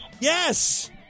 Yes